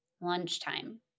lunchtime